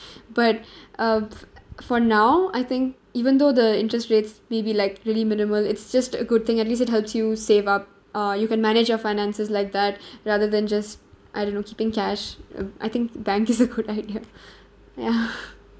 but uh for now I think even though the interest rates may be like really minimal it's just a good thing at least it helps you save up uh you can manage your finances like that rather than just I don't know keeping cash uh I think bank is a good idea ya